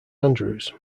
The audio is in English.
andrews